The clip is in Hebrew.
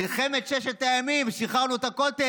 במלחמת ששת הימים שחררנו את הכותל,